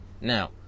Now